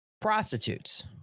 Prostitutes